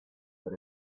but